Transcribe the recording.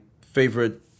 favorite